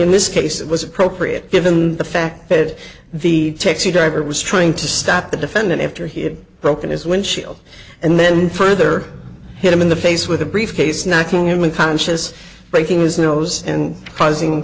in this case it was appropriate given the fact that the taxi driver was trying to stop the defendant after he had broken his windshield and then further hit him in the face with a briefcase knocking him in conscious breaking his nose and causing